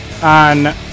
on